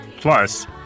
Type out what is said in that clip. Plus